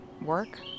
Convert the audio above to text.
work